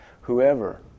Whoever